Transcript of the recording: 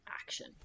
action